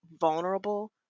vulnerable